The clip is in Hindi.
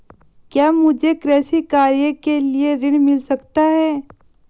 क्या मुझे कृषि कार्य के लिए ऋण मिल सकता है?